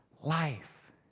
life